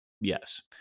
Yes